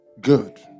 good